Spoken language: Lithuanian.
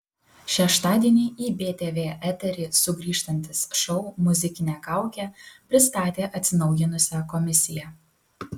šeštadienį į btv eterį sugrįžtantis šou muzikinė kaukė pristatė atsinaujinusią komisiją